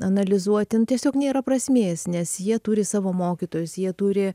analizuoti nu tiesiog nėra prasmės nes jie turi savo mokytojus jie turi